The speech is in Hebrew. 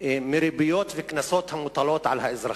מריבית ומקנסות המוטלים על האזרחים.